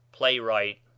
Playwright